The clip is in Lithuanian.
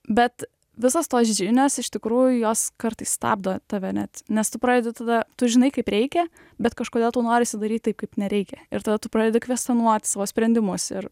bet visos tos žinios iš tikrųjų jos kartais stabdo tave net nes tu pradedi tada tu žinai kaip reikia bet kažkodėl tau norisi daryt taip kaip nereikia ir tada tu pradedi kvestionuoti savo sprendimus ir